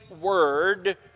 word